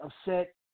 upset